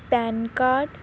PAN card